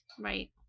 Right